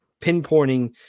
pinpointing